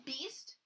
Beast